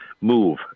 move